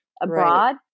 abroad